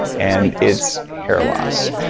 and it's hair loss.